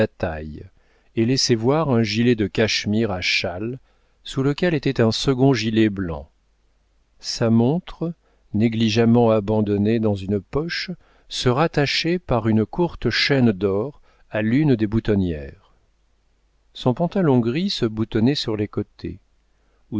et laissait voir un gilet de cachemire à châle sous lequel était un second gilet blanc sa montre négligemment abandonnée au hasard dans une poche se rattachait par une courte chaîne d'or à l'une des boutonnières son pantalon gris se boutonnait sur les côtés où